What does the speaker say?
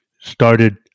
started